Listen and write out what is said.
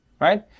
right